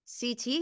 CT